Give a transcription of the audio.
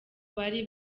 bari